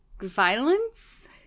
violence